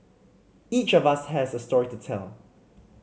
each of us has a story to tell